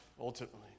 ultimately